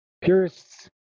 Purists